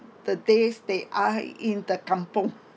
the days they are in the kampung